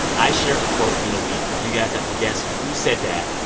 i share a quote from the week, you guys have the guess who said that,